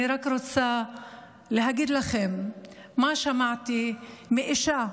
אני רק רוצה להגיד לכם מה שמעתי מאישה,